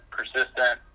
persistent